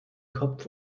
kopf